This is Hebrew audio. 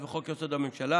לחוק-יסוד: הממשלה,